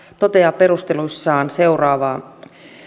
toteaa perusteluissaan seuraavaa